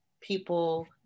people